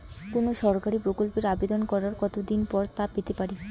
কোনো সরকারি প্রকল্পের আবেদন করার কত দিন পর তা পেতে পারি?